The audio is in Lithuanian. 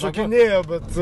šokinėjo bet